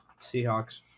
Seahawks